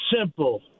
simple